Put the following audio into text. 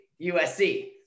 USC